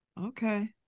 Okay